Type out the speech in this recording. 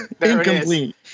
Incomplete